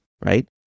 Right